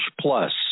plus